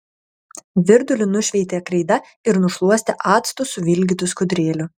virdulį nušveitė kreida ir nušluostė actu suvilgytu skudurėliu